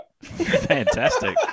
Fantastic